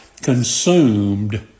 consumed